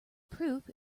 proof